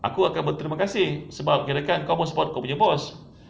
aku akan beterima kasih sebab kirakan engkau pun support aku punya boss